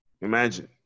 Imagine